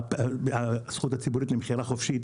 הזכות הציבורית נמכרה חופשית.